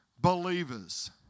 believers